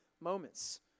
moments